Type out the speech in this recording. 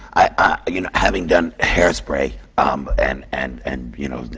ah you know, having done hairspray um and, and and you know,